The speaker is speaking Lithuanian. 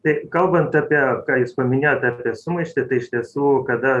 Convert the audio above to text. tai kalbant apie ką jūs paminėjot apie sumaištį tai iš tiesų kada